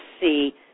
see